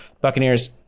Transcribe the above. Buccaneers